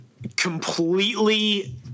completely